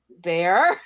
Bear